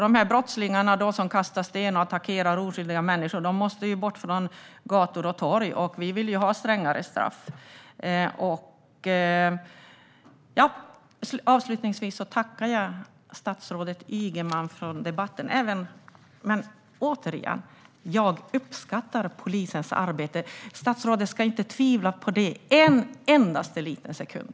De brottslingar som kastar sten och attackerar oskyldiga människor måste bort från gator och torg. Vi vill ha strängare straff. Avslutningsvis tackar jag statsrådet Ygeman för debatten. Återigen: Jag uppskattar polisens arbete. Statsrådet ska inte tvivla på det en endaste sekund.